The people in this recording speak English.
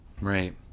right